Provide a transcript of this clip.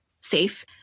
safe